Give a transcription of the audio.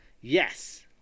yes